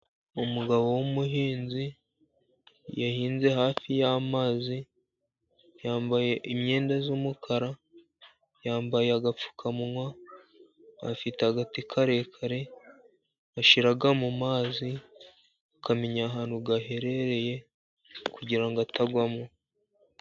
Umugabo w'umuhinzi yahinze hafi y'amazi, yambaye imyenda y'umukara, yambaye agapfukamunwa, afite agati karekare ashyinga mu mazi akamenya ahantu yaherereye kugira ngo atagwamo.